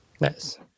nice